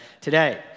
today